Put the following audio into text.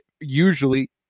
usually